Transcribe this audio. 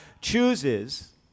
chooses